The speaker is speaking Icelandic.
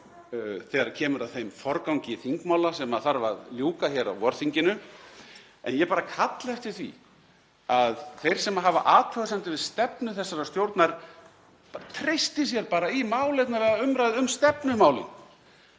þegar kemur að þeim forgangi þingmála sem þarf að ljúka hér á vorþinginu. Ég bara kalla eftir því að þeir sem hafa athugasemdir við stefnu þessarar stjórnar treysti sér í málefnalega umræðu um stefnumálin.